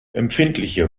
empfindliche